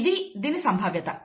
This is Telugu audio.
ఇది దీని సంభావ్యత